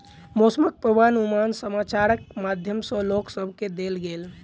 मौसमक पूर्वानुमान समाचारक माध्यम सॅ लोक सभ केँ देल गेल